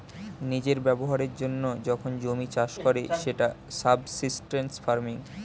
নিজের ব্যবহারের জন্য যখন জমি চাষ করে সেটা সাবসিস্টেন্স ফার্মিং